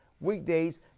weekdays